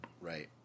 Right